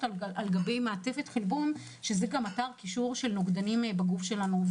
על מעטפת חלבון שזה גם אתר קישור של נוגדנים בגוף שלנו,